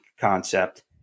concept